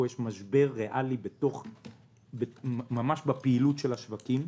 יש פה משבר ריאלי בפעילות של השווקים,